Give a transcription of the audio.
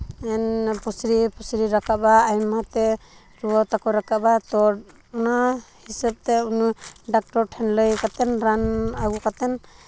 ᱯᱩᱥᱨᱤ ᱯᱩᱥᱨᱤ ᱨᱟᱠᱟᱵᱼᱟ ᱟᱭᱢᱟ ᱛᱮ ᱨᱩᱣᱟᱹ ᱛᱟᱠᱚ ᱨᱟᱠᱟᱵᱟ ᱛᱚ ᱚᱱᱟ ᱦᱤᱥᱟᱹᱵ ᱛᱮ ᱚᱱᱟ ᱰᱟᱠᱴᱚᱨ ᱴᱷᱮᱱ ᱞᱟᱹᱭ ᱠᱟᱛᱮ ᱨᱟᱱ ᱟᱹᱜᱩ ᱠᱟᱛᱮ